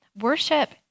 Worship